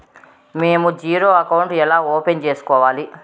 మేము zero account ఎలా open సేసుకోవాలి